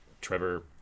Trevor